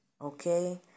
okay